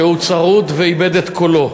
שהוא צרוד ואיבד את קולו.